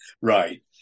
Right